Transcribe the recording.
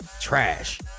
trash